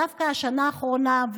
דווקא בשנה האחרונה,